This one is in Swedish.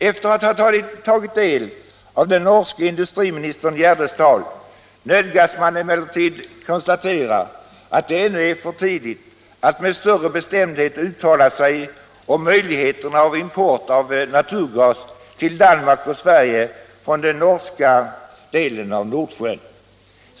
Efter att ha tagit del av den norske industriministern Gjerdes tal nödgas man emellertid konstatera att det ännu är för tidigt att med större bestämdhet uttala sig om möjligheterna att importera naturgas till Danmark och Sverige från den norska delen av Nordsjön.